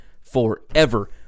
forever